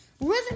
Rhythm